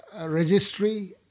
registry